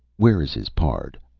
where is his pard?